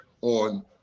on